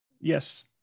Yes